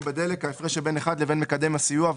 בדלק ההפרש שבין 1 לבין מקדם הסיוע,